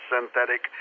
Synthetic